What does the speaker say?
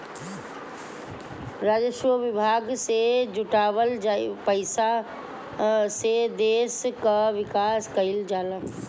राजस्व विभाग से जुटावल पईसा से देस कअ विकास कईल जाला